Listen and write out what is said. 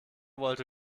wollte